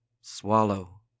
Swallow